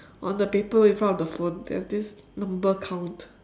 on the paper in front of the phone there's this number count